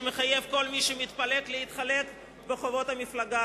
שמחייב כל מי שמתפלג להתחלק בחובות המפלגה,